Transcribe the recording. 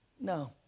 no